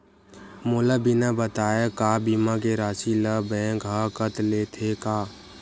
मोला बिना बताय का बीमा के राशि ला बैंक हा कत लेते का?